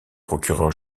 procureur